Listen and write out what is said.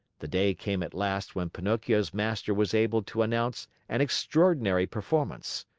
the day came at last when pinocchio's master was able to announce an extraordinary performance.